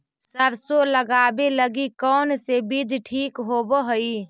सरसों लगावे लगी कौन से बीज ठीक होव हई?